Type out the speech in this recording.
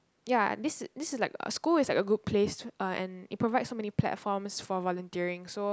ya this is this is like a school is like a good place to uh and it provides so many platforms for volunteering so